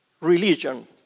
religion